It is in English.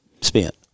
spent